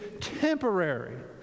temporary